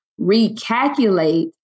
recalculate